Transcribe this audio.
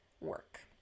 work